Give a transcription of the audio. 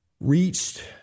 reached